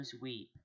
weep